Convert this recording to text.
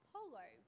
Polo